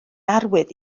arwydd